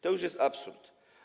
To już jest absurd.